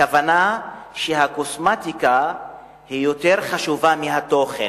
הכוונה שהקוסמטיקה יותר חשובה מהתוכן,